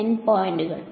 N പോയിന്റുകൾ